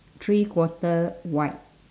three quarter white